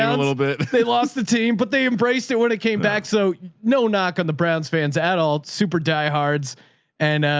um a little bit. they lost the team, but they embraced it when it came back. so no knock on the brand's fans, adult super diehards and